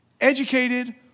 Educated